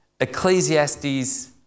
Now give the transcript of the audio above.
Ecclesiastes